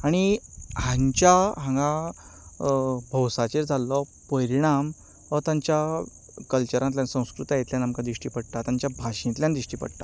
आनी हांच्या हांगा भौसाचेर जाल्लो परिणाम हो तांच्या कल्चरांतल्यान संस्कृतायेंतल्यान आमकां दिश्टी पडटा तांचे भाशेंतल्यान दिश्टी पडटा